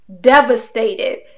devastated